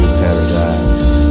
paradise